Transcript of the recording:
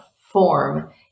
form